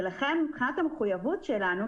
ולכן מבחינת המחויבות שלנו,